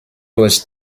was